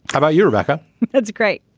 about you rebecca that's great.